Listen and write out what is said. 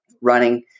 running